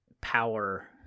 power